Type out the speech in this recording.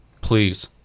Please